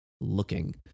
looking